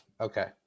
Okay